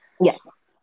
Yes